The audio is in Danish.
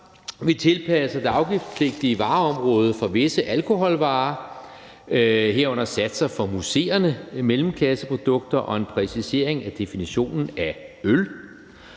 vi tilpasser det afgiftspligtige vareområde for visse alkoholvarer, herunder satser for mousserende mellemklasseprodukter og en præcisering af definitionen af øl.